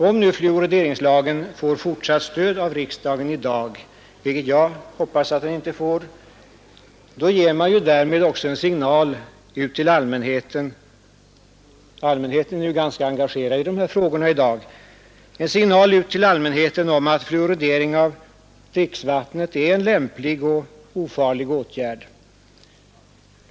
Om nu fluorideringslagen får fortsatt stöd av riksdagen i dag, vilket jag hoppas att den inte får, ger man därmed också en signal ut till allmänheten — som ju nu är ganska engagerad i dessa frågor — om att fluoridering av dricksvattnet är en lämplig och ofarlig åtgärd.